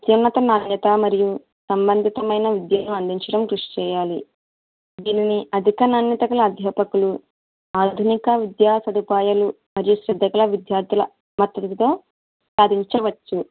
అత్యున్నత నాణ్యత మరియు సంబంధితమైన విద్యను అందించడానికి కృషి చేయాలి దీనిని అధిక నాణ్యత గల అధ్యాపకులు ఆధునిక విద్యా సదుపాయాలు మరియు శ్రద్ధగల విద్యార్డుల మద్దతుతో సాధించవచ్చు